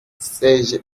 ses